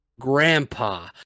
Grandpa